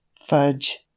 Fudge